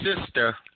sister